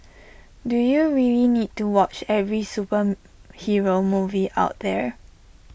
do you really need to watch every superhero movie out there